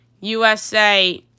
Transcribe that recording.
USA